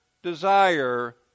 desire